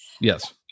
Yes